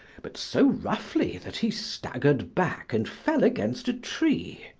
but so roughly that he staggered back and fell against a tree.